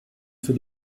für